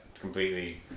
completely